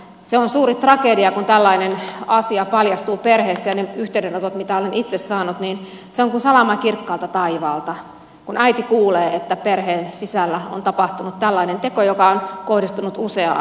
se on suuri tragedia kun tällainen asia paljastuu perheessä ja niiden yhteydenottojen mukaan mitä olen itse saanut se on kuin salama kirkkaalta taivaalta kun äiti kuulee että perheen sisällä on tapahtunut tällainen teko joka on kohdistunut useaan lapseen